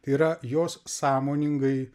tai yra jos sąmoningai